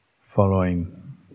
following